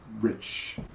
rich